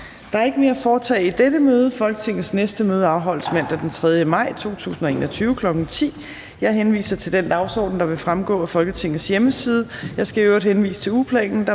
Der er ikke mere at foretage i dette møde. Folketingets næste møde afholdes mandag den 3. maj 2021, kl. 10.00. Jeg henviser til den dagsorden, der vil fremgå af Folketingets hjemmeside. Jeg skal i øvrigt henvise til ugeplanen,